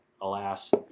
alas